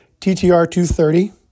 TTR230